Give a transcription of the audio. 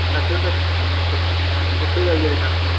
രണ്ടു ദിവസമായിട്ട് ഉണ്ട് ഫുഡ് കഴിക്കുന്നില്ല